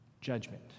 judgment